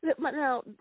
Now